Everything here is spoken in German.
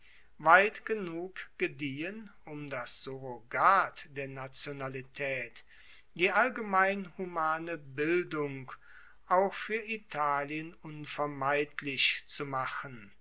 weit genug gediehen um das surrogat der nationalitaet die allgemein humane bildung auch fuer italien unvermeidlich zu machen